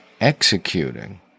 executing